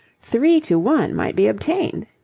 three to one might be obtained.